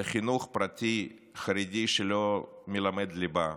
לחינוך פרטי חרדי שלא מלמד ליבה,